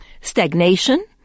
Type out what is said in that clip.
stagnation